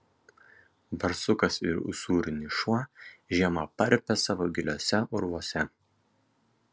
barsukas ir usūrinis šuo žiemą parpia savo giliuose urvuose